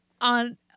On